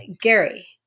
Gary